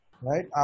right